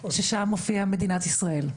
ששם מופיע "מדינת ישראל".